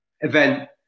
event